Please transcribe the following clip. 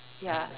ya